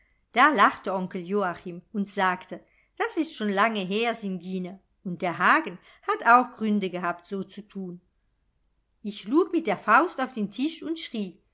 da lachte onkel joachim und sagte das ist schon lange her singine und der hagen hat auch gründe gehabt so zu tun ich schlug mit der faust auf den tisch und schrie